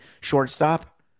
shortstop